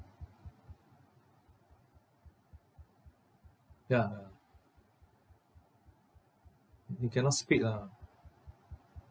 ya ya you cannot speed lah